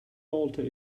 alter